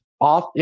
off